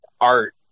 art